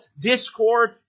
discord